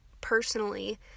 personally